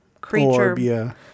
creature